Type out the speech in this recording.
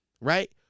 Right